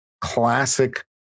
classic